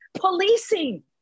policing